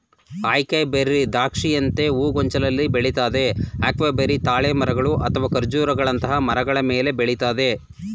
acai berry ದ್ರಾಕ್ಷಿಯಂತೆ ಹೂಗೊಂಚಲಲ್ಲಿ ಬೆಳಿತದೆ ಅಕೈಬೆರಿ ತಾಳೆ ಮರಗಳು ಅಥವಾ ಖರ್ಜೂರಗಳಂತಹ ಮರಗಳ ಮೇಲೆ ಬೆಳಿತದೆ